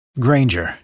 Granger